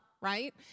right